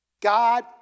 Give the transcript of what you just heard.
God